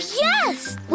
yes